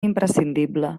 imprescindible